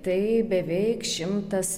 tai beveik šimtas